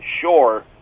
sure